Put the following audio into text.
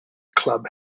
club